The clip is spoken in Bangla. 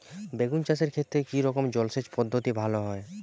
বেগুন চাষের ক্ষেত্রে কি রকমের জলসেচ পদ্ধতি ভালো হয়?